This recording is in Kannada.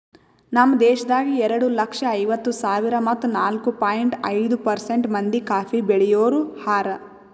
ನಮ್ ದೇಶದಾಗ್ ಎರಡು ಲಕ್ಷ ಐವತ್ತು ಸಾವಿರ ಮತ್ತ ನಾಲ್ಕು ಪಾಯಿಂಟ್ ಐದು ಪರ್ಸೆಂಟ್ ಮಂದಿ ಕಾಫಿ ಬೆಳಿಯೋರು ಹಾರ